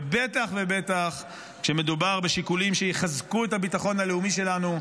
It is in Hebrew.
ובטח ובטח כשמדובר בשיקולים שיחזקו את הביטחון הלאומי שלנו,